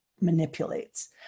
manipulates